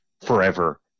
forever